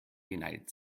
united